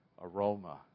aroma